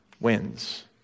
wins